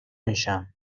میشم